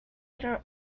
other